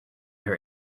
her